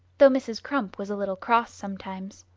though mrs. crump was a little cross sometimes